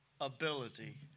ability